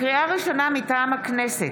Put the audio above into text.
לקריאה ראשונה, מטעם הכנסת: